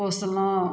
पोसलहुँ